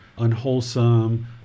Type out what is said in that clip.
unwholesome